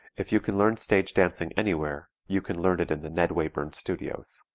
if you can learn stage dancing anywhere, you can learn it in the ned wayburn studios.